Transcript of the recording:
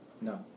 No